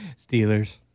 Steelers